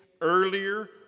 earlier